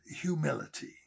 humility